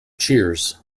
cheers